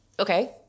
okay